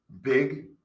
big